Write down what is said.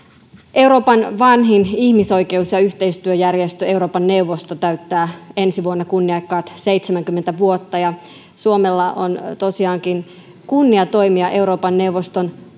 euroopan vanhin ihmisoikeus ja yhteistyöjärjestö euroopan neuvosto täyttää ensi vuonna kunniakkaat seitsemänkymmentä vuotta ja suomella on tosiaankin kunnia toimia euroopan neuvoston